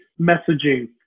messaging